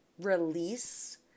release